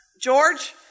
George